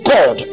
God